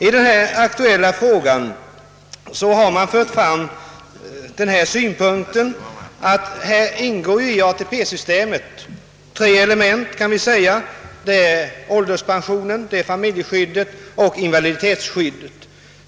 I den aktuella frågan har den synpunkten framförts att det i ATP-systemet ingår tre element, nämligen ålderspensionen, familjeskyddet och invaliditetsskyddet.